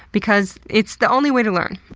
because it's the only way to learn.